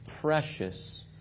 precious